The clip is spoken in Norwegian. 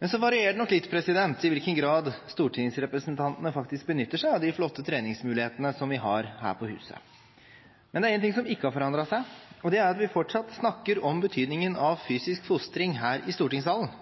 Men det varierer nok litt i hvilken grad stortingsrepresentantene faktisk benytter seg av de flotte treningsmulighetene som vi har her på huset. Men det er en ting som ikke har forandret seg, og det er at vi fortsatt snakker om betydningen av fysisk fostring her i stortingssalen.